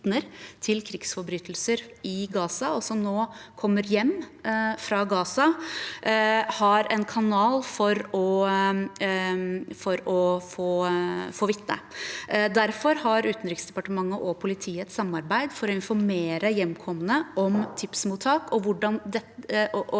til krigsforbrytelser i Gaza, og som nå kommer hjem fra Gaza, har en kanal for å få vitne. Derfor har Utenriksdepartementet og politiet et samarbeid for å informere hjemkomne om tipsmottak, og de tipsene